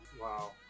Wow